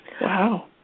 Wow